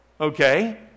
okay